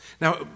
Now